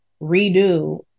redo